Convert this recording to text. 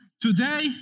Today